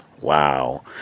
Wow